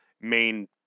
main